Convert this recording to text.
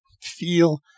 feel